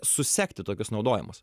susekti tokius naudojimus